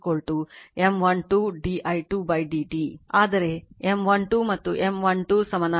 ಆದರೆ M12 ಮತ್ತು M12 ಸಮಾನವಾಗಿರುತ್ತದೆ